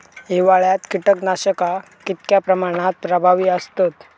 हिवाळ्यात कीटकनाशका कीतक्या प्रमाणात प्रभावी असतत?